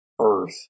Earth